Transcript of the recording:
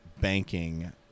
banking